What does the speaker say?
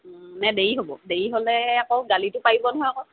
নে দেৰি হ'ব দেৰি হ'লে আকৌ গালিটো পাৰিব নহয় আকৌ